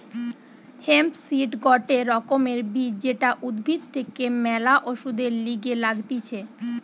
hemp seed গটে রকমের বীজ যেটা উদ্ভিদ থেকে ম্যালা ওষুধের লিগে লাগতিছে